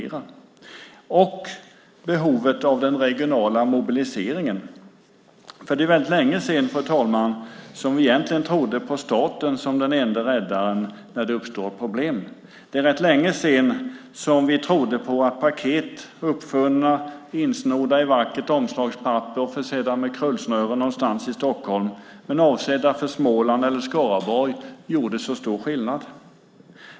Det handlar också om behovet av den regionala mobiliseringen. Det är väldigt länge sedan, fru talman, som vi trodde på staten som ende räddaren när det uppstår problem. Det är rätt länge sedan vi trodde på att paket uppfunna, insnodda i vackert omslagspapper och försedda med krullsnören någonstans i Stockholm men avsedda för Småland eller Skaraborg gjorde så stor skillnad.